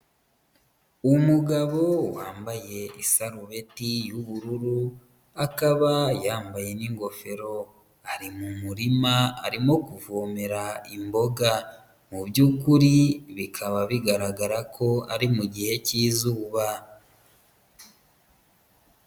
Umugabo wambaye isarubeti y'ubururu akaba yambaye n'ingofero, ari mu murima arimo kuvomera imboga, mu by'ukuri bikaba bigaragara ko ari mu gihe cy'izuba.